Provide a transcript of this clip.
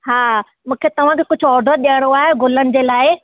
हा मूंखे तव्हां खे कुझु ऑडर ॾियणो आहे गुलनि जे लाइ